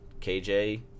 KJ